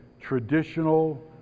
traditional